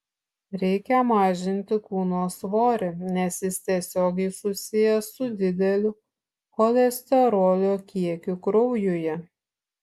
reikia mažinti kūno svorį nes jis tiesiogiai susijęs su dideliu cholesterolio kiekiu kraujuje